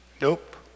Nope